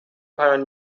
پایان